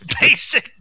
basic